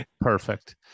Perfect